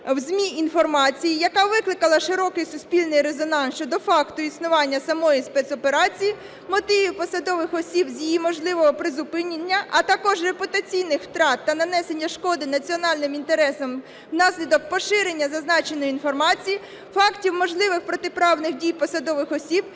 в ЗМІ інформації, яка викликала широкий суспільний резонанс щодо факту існування самої спецоперації, мотивів посадових осіб з її можливого призупинення, а також репутаційних втрат та нанесення шкоди національним інтересам внаслідок поширення зазначеної інформації, фактів можливих протиправних дій посадових осіб,